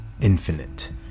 infinite